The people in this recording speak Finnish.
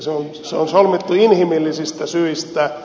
se on solmittu inhimillisistä syistä